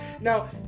Now